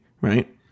right